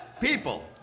people